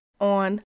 on